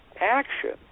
action